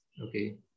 okay